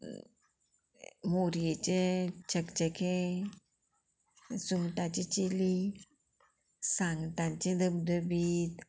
मोरयेचें चेकचेकें सुंगटाची चिली सांगटांचें धबधबीत